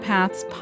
Paths